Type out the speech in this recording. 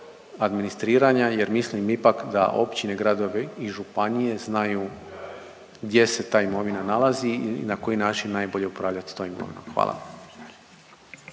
administriranja jer mislim ipak da općine, gradove i županije znaju gdje se ta imovina nalazi i na koji način najbolje upravljati tom imovinom. Hvala.